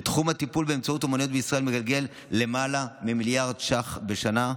ותחום הטיפול באמצעות אומנויות בישראל מגלגל למעלה ממיליארד שקל בשנה.